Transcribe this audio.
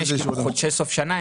ולכן יש חודשי סוף שנה,